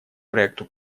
проекту